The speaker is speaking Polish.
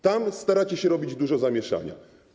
Tam staracie się robić dużo zamieszania.